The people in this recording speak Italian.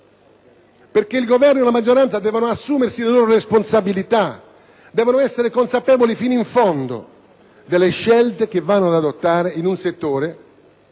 Il Governo e la maggioranza devono assumersi le loro responsabilità ed essere consapevoli fino in fondo delle scelte che vanno ad adottare in un settore